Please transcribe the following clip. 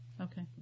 okay